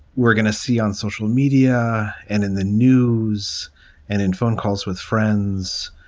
we're going to see on social media and in the news and in phone calls with friends,